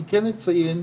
לדעתי חשוב לציין,